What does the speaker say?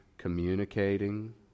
communicating